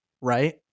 right